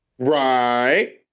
Right